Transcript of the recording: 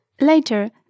Later